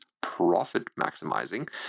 profit-maximizing